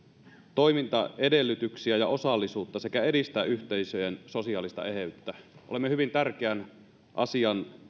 toimintaedellytyksiä ja osallisuutta sekä edistää yhteisöjen sosiaalista eheyttä olemme hyvin tärkeän asian